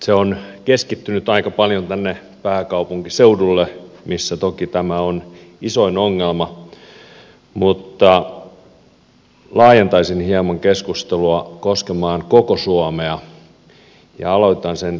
se on keskittynyt aika paljon tänne pääkaupunkiseudulle missä toki tämä on isoin ongelma mutta laajentaisin hieman keskustelua koskemaan koko suomea ja aloitan sen kiinteistöverosta